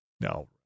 no